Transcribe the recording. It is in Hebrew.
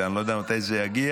ואני לא יודע מתי זה יגיע.